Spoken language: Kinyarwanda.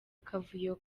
akavuyo